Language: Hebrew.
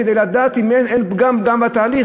כדי לדעת אם אין פגם בתהליך.